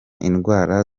indwara